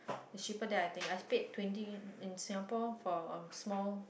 is cheaper than I think I paid twenty in Singapore for a small